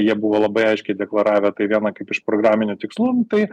jie buvo labai aiškiai deklaravę tai vieną kaip iš programinių tikslų tai